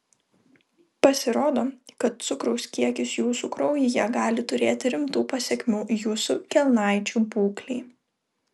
pasirodo kad cukraus kiekis jūsų kraujyje gali turėti rimtų pasekmių jūsų kelnaičių būklei